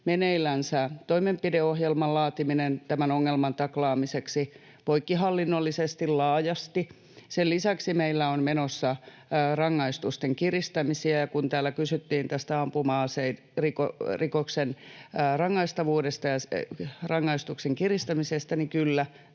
meneillään toimenpideohjelman laatiminen tämän ongelman taklaamiseksi poikkihallinnollisesti ja laajasti, meillä on menossa rangaistusten kiristämisiä. Ja kun täällä kysyttiin tästä ampuma-aserikoksen rangaistavuudesta ja rangaistuksen kiristämisestä, niin kyllä,